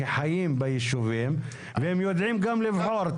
שחיים ביישובים והם יודעים גם לבחור.